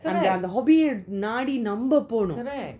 ah yeah the hobby நாடி நம்ப போனோம்:naadi namba ponom